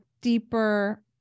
deeper